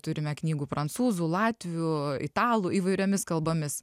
turime knygų prancūzų latvių italų įvairiomis kalbomis